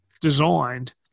designed